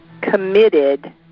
committed